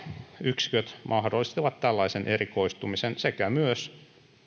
yksiköt mahdollistavat tällaisen erikoistumisen sekä myös sen että